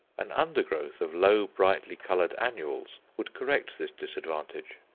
an undergrowth of low brightly-coloured annuals would correct this disadvantage.